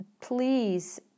please